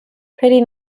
pretty